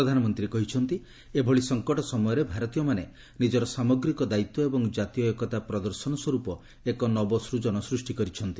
ପ୍ରଧାନମନ୍ତ୍ରୀ କହିଛନ୍ତି ଏଭଳି ସଂକଟ ସମୟରେ ଭାରତୀୟମାନେ ନିଜର ସାମଗ୍ରୀକ ଦାୟିତ୍ୱ ଏବଂ ଜାତୀୟ ଏକତା ପ୍ରଦର୍ଶନ ସ୍ୱରୂପ ଏକ ନବସ୍ଥଳନ ସୃଷ୍ଟି କରିଛନ୍ତି